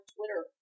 Twitter